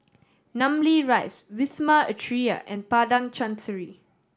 Namly Rise Wisma Atria and Padang Chancery